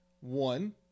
one